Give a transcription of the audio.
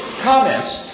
comments